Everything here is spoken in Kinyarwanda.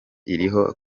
iriho